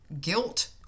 guilt